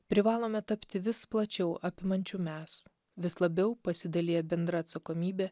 privalome tapti vis plačiau apimančiu mes vis labiau pasidaliję bendra atsakomybe